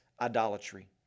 idolatry